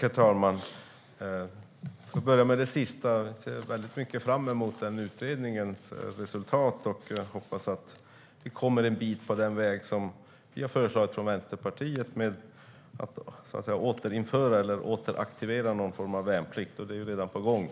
Herr talman! För att börja med det sista ser jag väldigt mycket fram emot den utredningens resultat, och jag hoppas att vi kommer en bit på den väg som vi har föreslagit från Vänsterpartiet med att återinföra eller återaktivera någon form av värnplikt. Det är redan på gång.